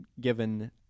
given